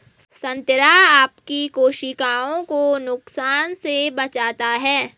संतरा आपकी कोशिकाओं को नुकसान से बचाता है